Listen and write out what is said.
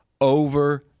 over